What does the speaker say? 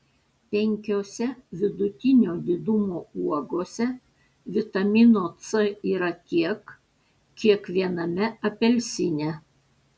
penkiose vidutinio didumo uogose vitamino c yra tiek kiek viename apelsine